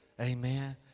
Amen